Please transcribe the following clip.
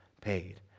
paid